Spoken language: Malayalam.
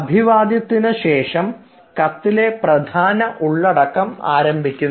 അഭിവാദ്യത്തിന് ശേഷം കത്തിലെ പ്രധാന ഉള്ളടക്കം ആരംഭിക്കുന്നു